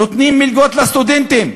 נותנות מלגות לסטודנטים,